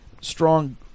strong